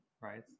right